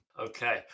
Okay